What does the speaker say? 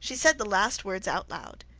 she said the last words out loud,